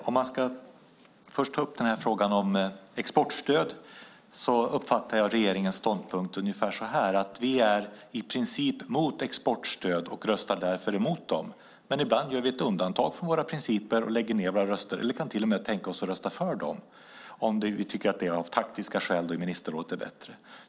Fru talman! När det gäller exportstöd uppfattar jag regeringens ståndpunkt ungefär så här: Vi är i princip emot exportstöd och röstar därför emot dem, men ibland gör vi ett undantag från våra principer och lägger ned våra röster eller kan till och med tänka oss att rösta för dem om det av taktiska skäl är bättre.